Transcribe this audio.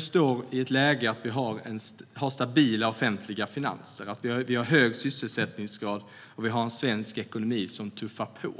står nu i ett läge där vi har stabila offentliga finanser. Vi har hög sysselsättningsgrad och en svensk ekonomi som tuffar på.